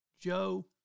Joe